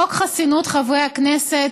חוק חסינות חברי הכנסת,